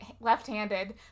left-handed